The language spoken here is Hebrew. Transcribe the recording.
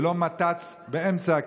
ולא מת"צ באמצע הכביש,